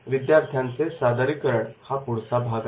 विद्यार्थ्यांचे सादरीकरण हा पुढचा भाग आहे